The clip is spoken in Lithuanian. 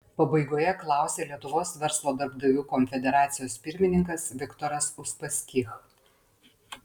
pabaigoje klausė lietuvos verslo darbdavių konfederacijos pirmininkas viktoras uspaskich